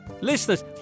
Listeners